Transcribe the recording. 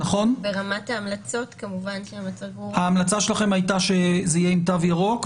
ברמת ההמלצות כמובן --- ההמלצה שלכם הייתה שזה יהיה עם תו ירוק,